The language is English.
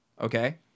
okay